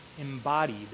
embodied